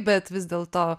bet vis dėl to